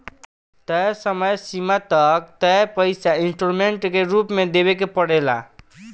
तय समय सीमा तक तय पइसा इंस्टॉलमेंट के रूप में देवे के पड़ेला